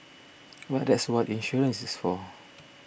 but that's what insurance is for